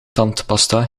tandpasta